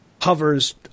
hovers